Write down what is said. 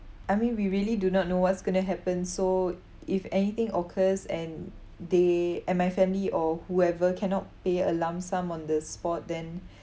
I mean we really do not know what's going to happen so if anything occurs and they and my family or whoever cannot pay a lump sum on the spot then